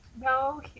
No